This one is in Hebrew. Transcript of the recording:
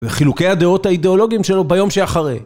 וחילוקי הדעות האידיאולוגיים שלו ביום שאחרי.